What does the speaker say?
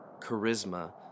charisma